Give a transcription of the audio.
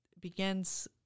begins